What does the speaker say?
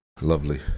Lovely